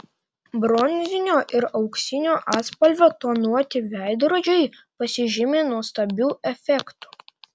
bronzinio ir auksinio atspalvio tonuoti veidrodžiai pasižymi nuostabiu efektu